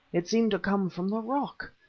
it seemed to come from the rock.